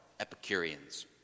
Epicureans